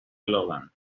logan